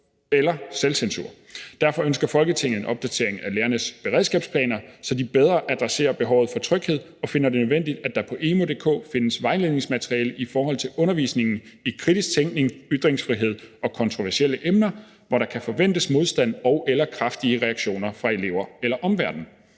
eller selvcensur. Derfor ønsker Folketinget en opdatering af lærernes beredskabsplaner, så de bedre adresserer behovet for tryghed, og finder det nødvendigt, at der på emu.dk findes vejledningsmateriale i forhold til undervisningen i kritisk tænkning, ytringsfrihed og kontroversielle emner, hvor der kan forventes modstand og/eller kraftige reaktioner fra elever eller omverden.